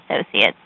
Associates